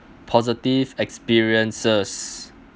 positive experiences